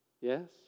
Yes